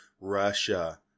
Russia